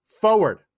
forward